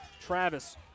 Travis